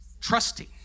Trusting